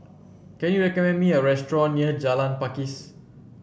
can you recommend me a restaurant near Jalan Pakis